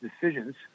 decisions